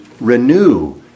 renew